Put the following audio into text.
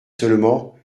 seulement